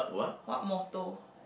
what motto